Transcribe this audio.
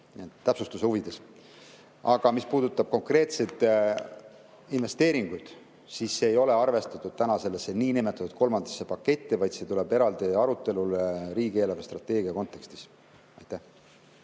täpsuse huvides. Aga mis puudutab konkreetseid investeeringuid, siis see ei ole arvestatud sellesse niinimetatud kolmandasse paketti, vaid see tuleb eraldi arutelule riigi eelarvestrateegia kontekstis. Aitäh,